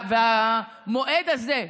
המועד הזה,